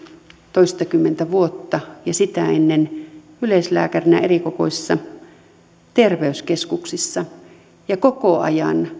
toistakymmentä vuotta ja sitä ennen yleislääkärinä erikokoisissa terveyskeskuksissa ja koko ajan